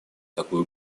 такую